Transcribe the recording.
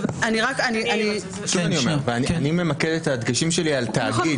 אני ממקד את הדגשים שלי על תאגיד,